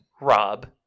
Rob